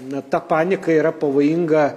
na ta panika yra pavojinga